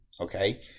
Okay